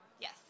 Yes